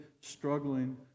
struggling